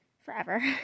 forever